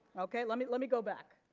ok let me let me go back.